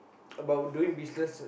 about doing business